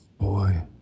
boy